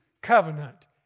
covenant